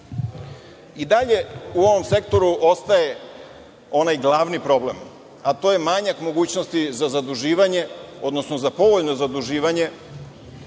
I dalje u ovom sektoru ostaje onaj glavni problem, a to je manje mogućnosti za zaduživanje, odnosno za povoljno zaduživanje,